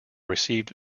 received